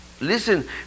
Listen